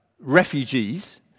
refugees